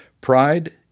pride